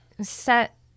set